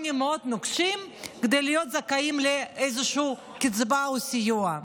מאוד נוקשים כדי להיות זכאים לאיזושהי קצבה או לסיוע.